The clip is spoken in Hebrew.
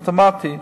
אחרת אוטומטית